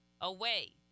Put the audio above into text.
away